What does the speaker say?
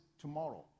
tomorrow